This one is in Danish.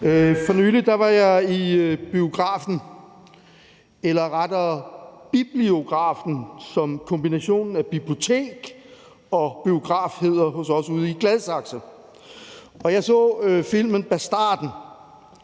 For nylig var jeg i biografen, eller rettere i bibliografen, som kombinationen af bibliotek og biograf hedder hos os ude i Gladsaxe. Jeg så filmen »Bastarden«.